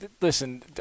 listen